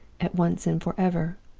at once and forever.